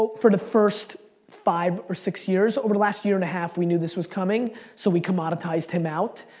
but for the first five or six years. over the last year and a half we knew this was coming so we commoditized him out.